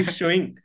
showing